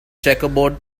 checkerboard